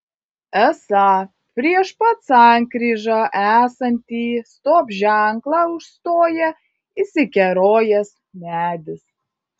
esą prieš pat sankryžą esantį stop ženklą užstoja įsikerojęs medis